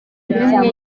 bimwe